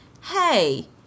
hey